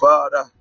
Father